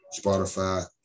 Spotify